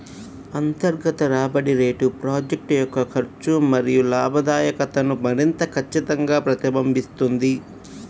అంతర్గత రాబడి rate project యొక్క ఖర్చు మరియు లాభదాయకతను మరింత ఖచ్చితంగా ప్రతిబింబిస్తుంది